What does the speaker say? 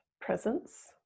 presence